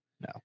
No